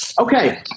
Okay